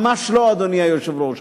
ממש לא, אדוני היושב-ראש.